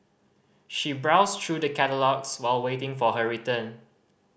she browsed through the catalogues while waiting for her turn